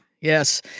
Yes